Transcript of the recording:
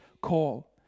call